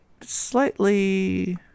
Slightly